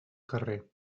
carrer